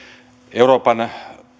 euroopan